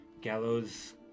Gallows